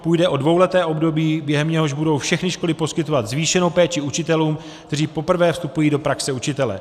Půjde o dvouleté období, během něhož budou všechny školy poskytovat zvýšenou péči učitelům, kteří poprvé vstupují do praxe učitele.